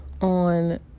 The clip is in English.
on